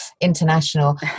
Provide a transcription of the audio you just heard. international